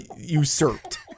usurped